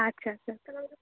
আচ্ছা আচ্ছা